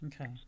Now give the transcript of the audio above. Okay